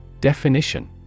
Definition